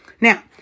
Now